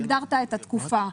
הגדרת את התקופה.